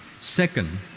Second